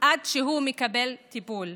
עד שהוא מקבל טיפול.